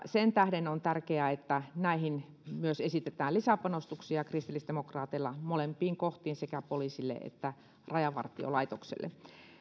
sen tähden on tärkeää että myös näihin esitetään lisäpanostuksia kristillisdemokraateilla on molempiin kohtiin sekä poliisille että rajavartiolaitokselle